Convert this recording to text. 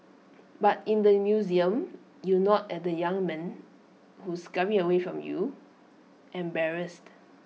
but in the museum you nod at the young men who scurry away from you embarrassed